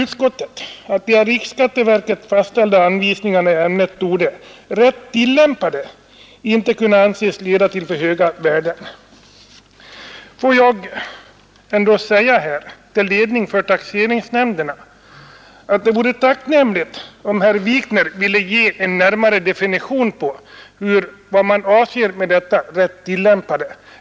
Utskottet skriver: ”De av riksskatteverket fastställda anvisningarna i ämnet torde, rätt tillämpade, inte kunna anses leda till för höga värden, ———.” Det vore tacknämligt om herr Wikner — till ledning för taxeringsnämnderna — ville ge en närmare definition på vad man avser med ”rätt tillämpade”.